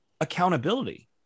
accountability